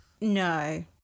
No